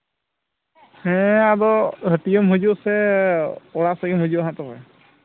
ᱦᱮᱸ ᱟᱫᱚ ᱦᱟᱹᱴᱤᱭᱟᱹᱢ ᱦᱤᱡᱩᱜᱼᱟᱥᱮ ᱚᱲᱟᱜ ᱥᱮᱫ ᱜᱮᱢ ᱦᱤᱡᱩᱜᱼᱟᱥᱮ ᱛᱚᱵᱮ